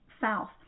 south